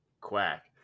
quack